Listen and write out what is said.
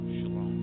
Shalom